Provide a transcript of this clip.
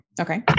Okay